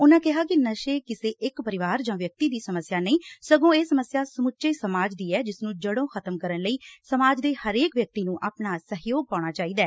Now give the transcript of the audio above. ਉਨ੍ਨਾਂ ਕਿਹਾ ਕਿ ਨਸ਼ੇ ਕਿਸੇ ਇੱਕ ਪਰਿਵਾਰ ਜਾਂ ਵਿਅਕਤੀ ਦੀ ਸਮੱਸਿਆ ਨਹੀ ਸਗੋਂ ਇਹ ਸਮੱਸਿਆ ਸਮੱਚੇ ਸਮਾਜ ਦੀ ਹੈ ਜਿਸ ਨੂੰ ਜੜੋਂ ਖਤਮ ਕਰਨ ਲਈ ਸਮਾਜ ਦੇ ਹਰੇਕ ਵਿਅਕਤੀ ਨੂੰ ਆਪਣਾ ਸਹਿਯੋਗ ਪਾਊਣਾ ਚਾਹੀਦਾ ਹੈ